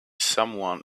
someone